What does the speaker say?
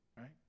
right